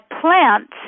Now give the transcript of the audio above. plants